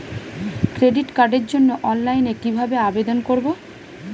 Credit কার্ডের জন্য অনলাইনে কিভাবে আবেদন করব?